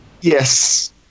yes